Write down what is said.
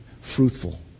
fruitful